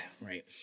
right